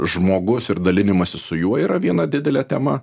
žmogus ir dalinimasis su juo yra viena didelė tema